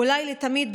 אולי לתמיד,